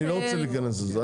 אני לא רוצה להיכנס לזה.